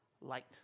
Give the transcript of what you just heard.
light